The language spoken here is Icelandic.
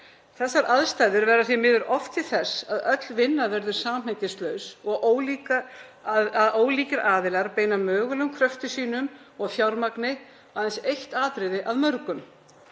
þessar aðstæður verða því miður oft til þess að öll vinna verður samhengislaus og að ólíkir aðilar beina mögulegum kröftum sínum og fjármagni á aðeins eitt atriði af mörgum.